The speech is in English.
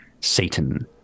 Satan